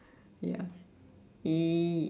ya y~